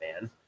man